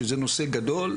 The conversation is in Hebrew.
שזה נושא גדול,